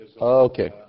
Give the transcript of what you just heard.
Okay